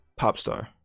Popstar